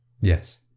Yes